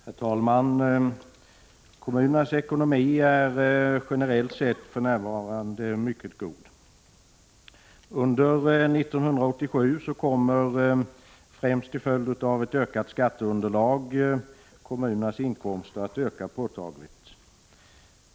Herr talman! Kommunernas ekonomi är — generellt sett — för närvarande mycket god. Under 1987 kommer, främst till följd av ökat skatteunderlag, kommunernas inkomster att öka påtagligt.